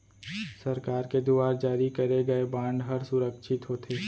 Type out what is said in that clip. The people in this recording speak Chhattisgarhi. सरकार के दुवार जारी करे गय बांड हर सुरक्छित होथे